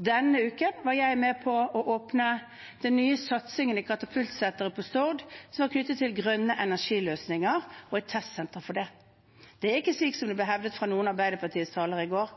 Denne uken var jeg med på å åpne den nye satsingen i katapultsenteret på Stord som var knyttet til grønne energiløsninger og et testsenter for det. Det er ikke slik som det ble hevdet av noen av Arbeiderpartiets talere i går,